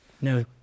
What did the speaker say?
No